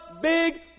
big